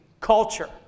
culture